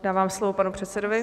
Dávám slovo panu předsedovi.